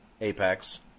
apex